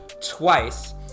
twice